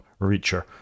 Reacher